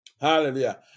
Hallelujah